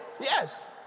Yes